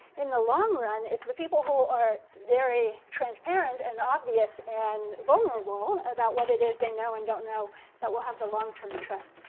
in the long run, it's the people who are very transparent and obvious and vulnerable about what it is they know and don't know that will have the long-term trust.